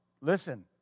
listen